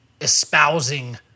espousing